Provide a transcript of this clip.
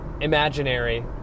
imaginary